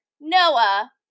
Noah